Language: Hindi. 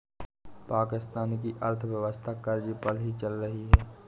पाकिस्तान की अर्थव्यवस्था कर्ज़े पर ही चल रही है